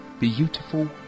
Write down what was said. beautiful